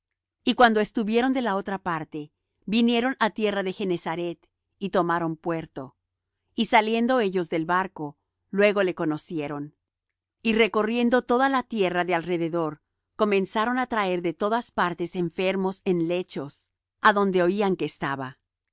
y cuando estuvieron de la otra parte vinieron á tierra de genezaret y tomaron puerto y saliendo ellos del barco luego le conocieron y recorriendo toda la tierra de alrededor comenzaron á traer de todas partes enfermos en lechos á donde oían que estaba